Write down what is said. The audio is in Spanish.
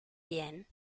bien